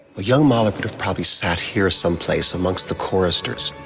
young mahler would have probably sat here someplace amongst the choristers.